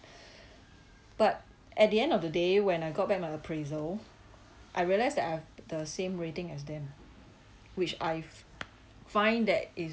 but at the end of the day when I got back my appraisal I realised that I've the same rating as them which I find that is